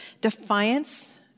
defiance